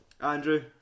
Andrew